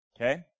Okay